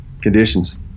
conditions